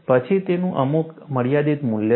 પછી તેનું અમુક મર્યાદિત મૂલ્ય છે